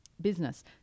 business